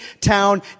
town